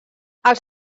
els